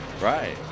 Right